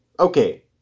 Okay